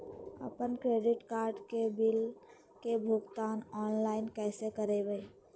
अपन credit card के bill के भुगतान ऑनलाइन कैसे करबैय?